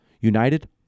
United